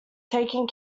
taken